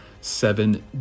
seven